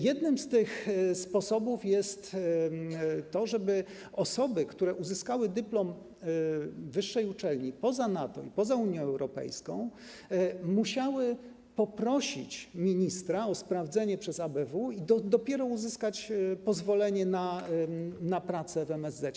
Jednym z tych sposobów jest to, żeby osoby, które uzyskały dyplom wyższej uczelni poza NATO i poza Unią Europejską, musiały poprosić ministra o sprawdzenie przez ABW i dopiero po sprawdzeniu uzyskają pozwolenie na pracę w MSZ-ecie.